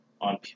on